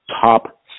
top